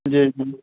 जी